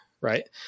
Right